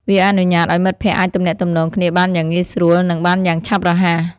វាអនុញ្ញាតឱ្យមិត្តភ័ក្តិអាចទំនាក់ទំនងគ្នាបានយ៉ាងងាយស្រួលនិងបានយ៉ាងឆាប់រហ័ស ។